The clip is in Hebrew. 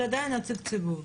זה עדיין נציג ציבור.